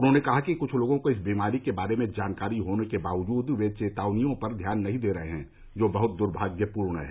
उन्होंने कहा कि क्छ लोगों को इस बीमारी के बारे में जानकारी होने के बावजूद वे चेतावनियों पर ध्यान नहीं दे रहे हैं जो बहुत दुर्भाग्यपूर्ण है